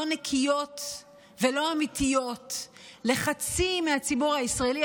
לא נקיות ולא אמיתיות לחצי מהציבור הישראלי,